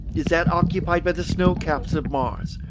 is that occupied by the snow-caps of mars,